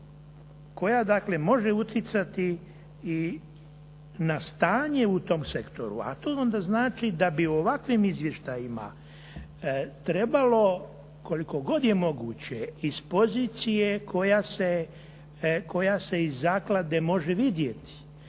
dakle može utjecati i na stanje u tom sektoru, a to onda znači da bi u ovakvim izvještajima trebalo koliko god je moguće iz pozicije koja se iz zaklade može vidjeti